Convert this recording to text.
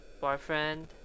boyfriend